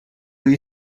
you